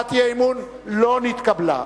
הצעת האי-אמון לא נתקבלה.